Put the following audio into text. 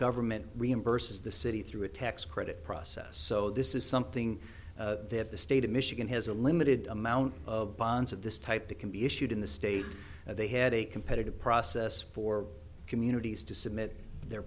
government remember says the city through a tax credit process so this is something that the state of michigan has a limited amount of bonds of this type that can be issued in the state and they had a competitive process for communities to submit their